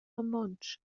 romontsch